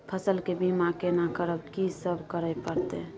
फसल के बीमा केना करब, की सब करय परत?